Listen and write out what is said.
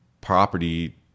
property